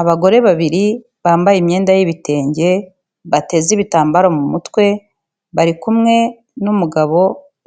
Abagore babiri bambaye imyenda y'ibitenge bateze ibitambaro mu mutwe barikumwe n'umugabo